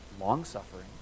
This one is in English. long-suffering